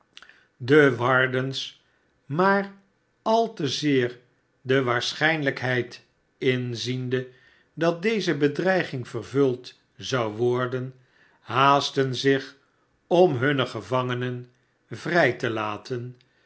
de wardens maar al te zeer de waarschijnlijkheid inziende dat deze bedreiging vervuld zou worden haastten zich om hunne gevangenen vri te laten